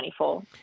2024